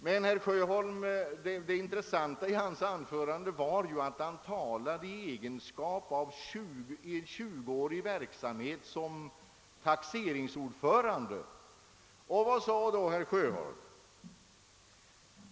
Det intressanta i herr Sjöholms anförande var emellertid att han talade med erfarenhet av en tjuguårig verksamhet som <taxeringsnämndsordförande. Vad sade då herr Sjöholm?